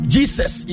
Jesus